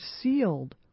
sealed